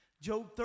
Job